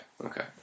okay